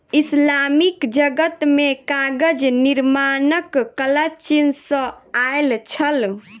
Islamic जगत मे कागज निर्माणक कला चीन सॅ आयल छल